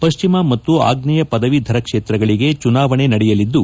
ಪಶ್ಚಿಮ ಮತ್ತು ಆಗ್ನೇಯ ಪದವೀಧರ ಕ್ಷೇತ್ರಗಳಗೆ ಚುನಾವಣೆ ನಡೆಯಲಿದ್ದು